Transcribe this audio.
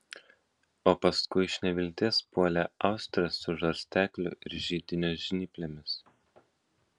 o paskui iš nevilties puolė austres su žarstekliu ir židinio žnyplėmis